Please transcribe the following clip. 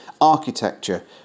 architecture